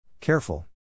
Careful